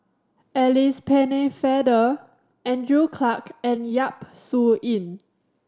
Alice Pennefather Andrew Clarke and Yap Su Yin